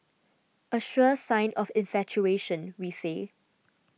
a sure sign of infatuation we say